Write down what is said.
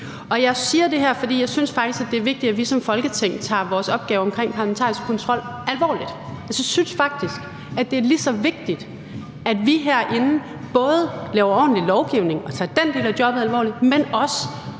synes, at det er vigtigt, at vi som Folketing tager vores opgave omkring parlamentarisk kontrol alvorligt. Jeg synes faktisk, at det er lige så vigtigt, at vi herinde både laver ordentlig lovgivning og tager den del af jobbet alvorligt, men også